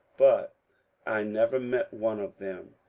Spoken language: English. but i never met one of them,